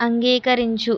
అంగీకరించు